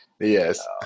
Yes